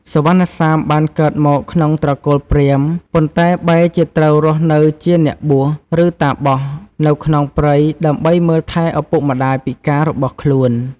សុវណ្ណសាមបានកើតមកក្នុងត្រកូលព្រាហ្មណ៍ ប៉ុន្តែបែរជាត្រូវរស់នៅជាអ្នកបួស ឬតាបស នៅក្នុងព្រៃ ដើម្បីមើលថែឪពុកម្ដាយពិការរបស់ខ្លួន។